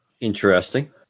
Interesting